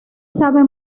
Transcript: sabe